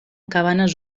cabanes